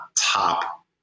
top